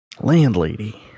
Landlady